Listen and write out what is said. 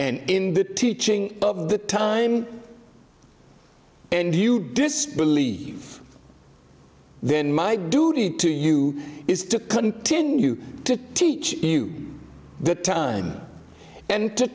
and in the teaching of the time and you disbelieve then my duty to you is to continue to teach you the time and to